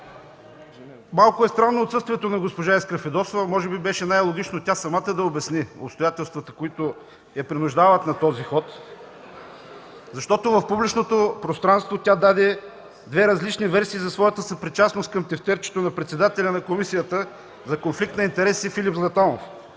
Малко е странно отсъствието на госпожа Искра Фидосова. Може би беше най-логично тя самата да обясни обстоятелствата, които я принуждават на този ход, защото в публичното пространство тя даде две различни версии за своята съпричастност към тефтерчето на председателя на Комисията за конфликт на интереси Филип Златанов.